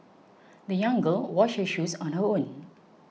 the young girl washed her shoes on her own